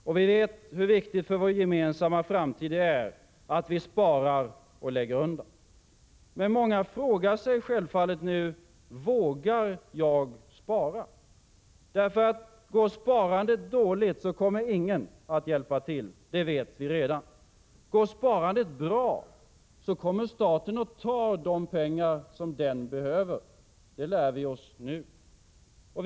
Och vi vet hur viktigt för vår gemensamma framtid det är att vi sparar och lägger undan. Men många frågar sig självfallet nu: Vågar jag spara? Går sparandet dåligt, kommer ingen att hjälpa till. Det vet vi redan. Går sparandet bra, kommer staten och tar de pengar den behöver. Det lär vi oss nu.